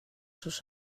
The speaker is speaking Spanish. sus